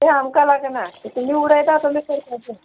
तें आमकां लागना तुमी उडयता तुमी करपाचें